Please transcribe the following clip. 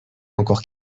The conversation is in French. encore